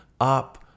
up